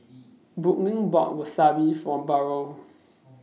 Brooklynn bought Wasabi For Burrel